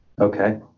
Okay